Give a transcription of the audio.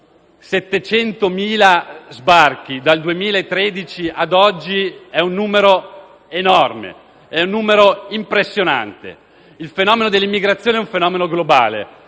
700.000 sbarchi dal 2013 ad oggi è un numero enorme, impressionante. Quello dell'immigrazione è un fenomeno globale,